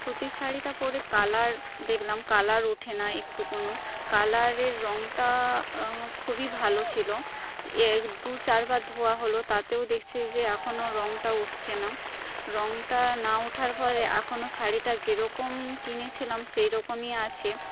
সুতির শাড়িটা পরে কালার দেখলাম কালার উঠে না একটুকুনো কালারের রঙটা খুবই ভালো ছিল দু চারবার ধোয়া হল তাতেও দেখছি যে এখনও রঙটা উঠছে না রঙটা না ওঠার ফলে এখনও শাড়িটা যেরকম কিনেছিলাম সেরকমই আছে